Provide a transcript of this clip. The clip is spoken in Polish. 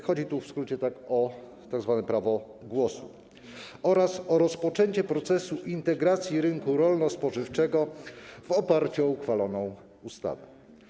Chodzi tu w skrócie o tzw. prawo głosu oraz o rozpoczęcie procesu integracji rynku rolno-spożywczego w oparciu o uchwaloną ustawę.